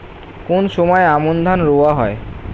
কোন সময় আমন ধান রোয়া হয়?